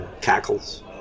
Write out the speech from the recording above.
Cackles